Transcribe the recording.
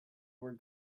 were